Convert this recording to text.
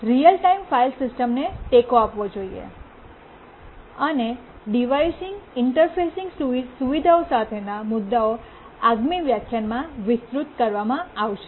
real time file સિસ્ટમને ટેકો આપવો જોઈએ અને ડિવાઇસ ઇંટરફેસિંગ સુવિધાઓ સાથેના મુદ્દાઓ આગામી વ્યાખ્યાનમાં વિસ્તૃત કરવામાં આવશે